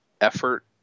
effort